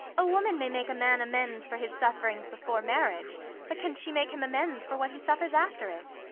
a woman may make a man amends for his sufferings before marriage but can she make him amends for what he suffers after it?